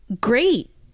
great